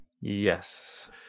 Yes